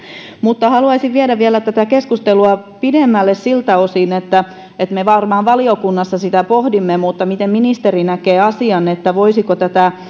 mutta haluaisin vielä viedä tätä keskustelua pidemmälle siltä osin me varmaan valiokunnassa sitä pohdimme mutta miten ministeri näkee asian voisiko tätä